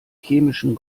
chemischen